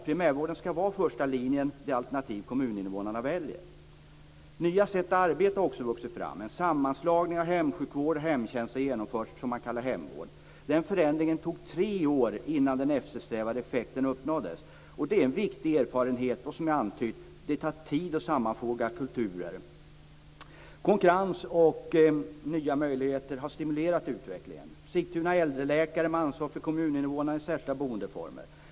Primärvården skall vara det första alternativ som kommuninvånarna skall välja. Nya sätt att arbeta har vuxit fram. En sammanslagning till hemvård av hemsjukvård och hemtjänst har genomförts. Det tog tre år innan den eftersträvade effekten uppnåddes av den förändringen. Det är en viktig erfarenhet. Som jag har antytt tar det tid att sammanfoga kulturer. Konkurrens och nya möjligheter har stimulerat utvecklingen. Sigtunas äldreläkare har ansvar för kommuninvånarna i särskilda boendeformer.